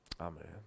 Amen